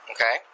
Okay